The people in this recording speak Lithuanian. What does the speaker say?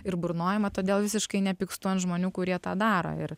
ir burnojimą todėl visiškai nepykstu ant žmonių kurie tą daro ir